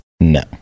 No